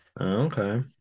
Okay